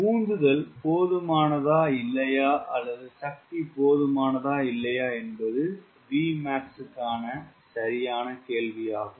உந்துதல் போதுமானதா இல்லையா அல்லது சக்தி போதுமானதா இல்லையா என்பது Vmax க்கான சரியான கேள்வி ஆகும்